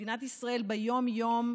מדינת ישראל ביום-יום,